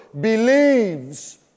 believes